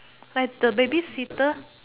like the baby seater